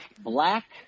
Black